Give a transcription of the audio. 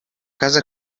casa